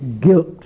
guilt